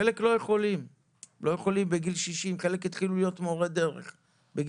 חלק לא יכולים בגיל 60 לעשות הסבה ואף